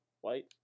white